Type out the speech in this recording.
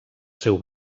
seu